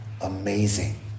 amazing